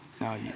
No